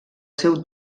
seu